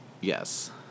Yes